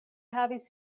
havis